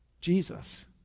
Jesus